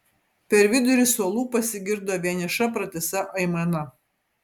per vidurį suolų pasigirdo vieniša pratisa aimana